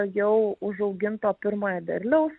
jau užauginto pirmojo derliaus